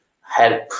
help